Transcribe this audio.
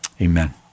amen